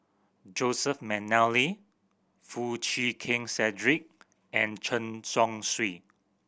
Joseph McNally Foo Chee Keng Cedric and Chen Chong Swee